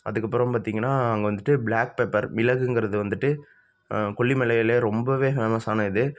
அதுக்கப்புறம் பார்த்தீங்கன்னா அங்கே வந்துட்டு ப்ளாக் பெப்பர் மிளகுங்கிறது வந்துட்டு கொல்லி மலையிலே ரொம்பவே ஃபேமஸான இது